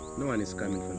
no one is coming